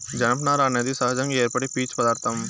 జనపనార అనేది సహజంగా ఏర్పడే పీచు పదార్ధం